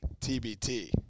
TBT